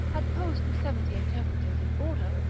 had posed the seventy interpreters in order,